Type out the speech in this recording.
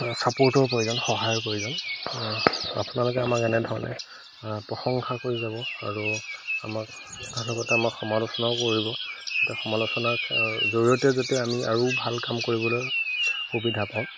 ছাপৰ্টৰ প্ৰয়োজন সহায়ৰ প্ৰয়োজন আপোনালোকে আমাক এনেধৰণে প্ৰশংসা কৰি যাব আৰু আমাক তাৰ লগতে আমাক সমালোচনাও কৰিব সমালোচনাৰ জৰিয়তে যাতে আমি আৰু ভাল কাম কৰিবলৈ সুবিধা পাওঁ